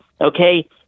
Okay